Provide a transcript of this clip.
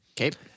Okay